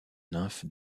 nymphe